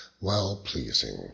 well-pleasing